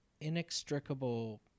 inextricable